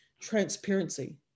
transparency